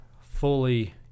fully